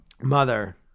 Mother